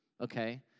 okay